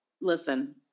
listen